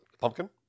pumpkin